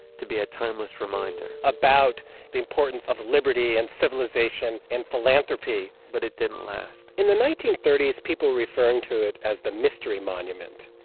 to be a timeless reminder about the importance of liberty and civilization and philanthropy but it didn't last in the nineteen thirty s, people were referring to it as the mystery monument,